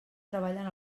treballen